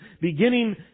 beginning